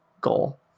goal